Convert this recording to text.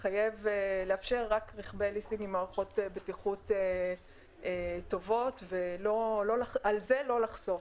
לאפשר רק רכבי ליסינג עם מערכות בטיחות טובות ועל זה לא לחסוך.